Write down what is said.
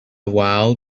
while